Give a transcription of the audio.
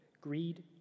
greed